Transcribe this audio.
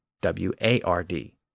W-A-R-D